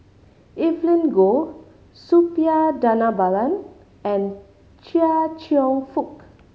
Evelyn Goh Suppiah Dhanabalan and Chia Cheong Fook